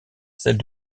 celle